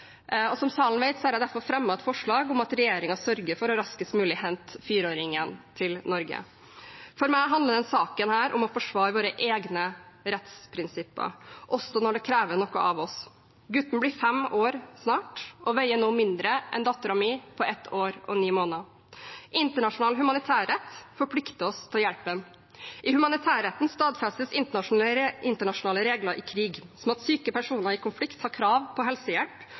nå. Som salen vet, har jeg derfor fremmet et forslag om at regjeringen sørger for raskest mulig å hente fireåringen til Norge. For meg handler denne saken om å forsvare våre egne rettsprinsipper, også når det krever noe av oss. Gutten blir snart fem år og veier nå mindre enn datteren min på ett år og ni måneder. Internasjonal humanitærrett forplikter oss til å hjelpe dem. I humanitærretten stadfestes internasjonale regler i krig, som at syke personer i konflikt har krav på helsehjelp,